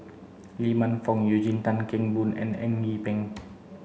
Lee Man Fong Eugene Tan Kheng Boon and Eng Yee Peng